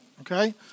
okay